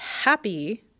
happy